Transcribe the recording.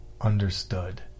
understood